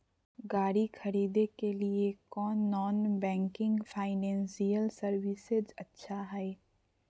गाड़ी खरीदे के लिए कौन नॉन बैंकिंग फाइनेंशियल सर्विसेज अच्छा है?